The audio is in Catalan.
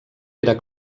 era